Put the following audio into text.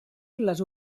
les